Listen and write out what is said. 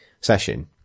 session